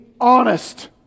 honest